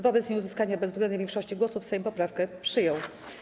Wobec nieuzyskania bezwzględnej większości głosów Sejm poprawkę przyjął.